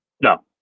No